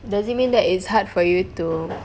does it mean that it's hard for you to